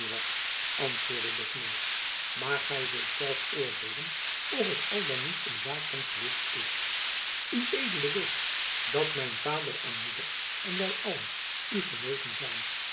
antwoordde de knaap maar gy zult zelf oordeelen of het al dan niet een zaak van gewicht is ued weet dat mijn vader en moeder en wy allen u genegen zijn